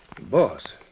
Boss